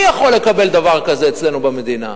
מי יכול לקבל דבר כזה אצלנו במדינה?